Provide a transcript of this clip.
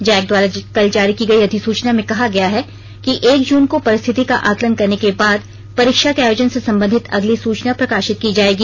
Jack द्वारा कल जारी की गई अधिसूचना में कहा गया है कि एक जून को परिस्थति का आकलन करने के बाद परीक्षा के आयोजन से संबंधित अगली सूचना प्रकाशित की जायेगी